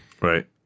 Right